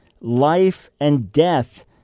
life-and-death